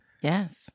Yes